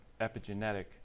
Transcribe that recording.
epigenetic